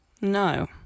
No